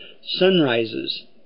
sunrises